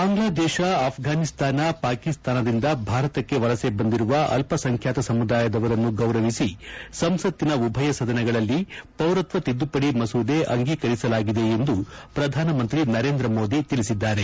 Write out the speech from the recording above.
ಬಾಂಗ್ಲಾದೇಶ ಆಫ್ರಾನಿಸ್ತಾನ ಪಾಕಿಸ್ತಾನದಿಂದ ಭಾರತಕ್ಕೆ ವಲಸೆ ಬಂದಿರುವ ಅಲ್ಲಸಂಖ್ಯಾತ ಸಮುದಾಯದವರ ಗೌರವಿಸಿ ಸಂಸತ್ತಿನ ಉಭಯ ಸದನಗಳಲ್ಲಿ ಪೌರತ್ವ ತಿದ್ದುಪಡಿ ಮಸೂದೆ ಅಂಗೀಕರಿಸಲಾಗಿದೆ ಎಂದು ಪ್ರಧಾನಮಂತ್ರಿ ನರೇಂದ್ರ ಮೋದಿ ತಿಳಿಸಿದ್ದಾರೆ